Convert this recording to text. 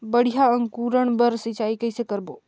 बढ़िया अंकुरण बर सिंचाई कइसे करबो?